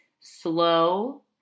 slow